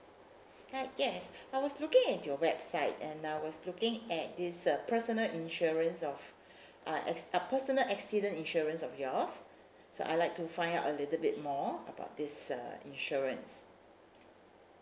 hi yes I was looking at your website and I was looking at this uh personal insurance of uh as uh personal accident insurance of yours so I'd like to find out a little bit more about this uh insurance